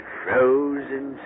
frozen